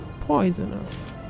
poisonous